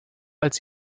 als